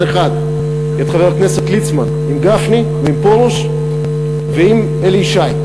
אחד את חבר הכנסת ליצמן עם גפני ועם פרוש ועם אלי ישי.